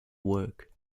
work